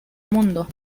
mundo